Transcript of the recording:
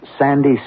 Sandy